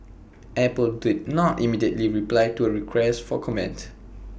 Apple did not immediately reply to A request for comment